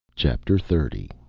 chapter thirty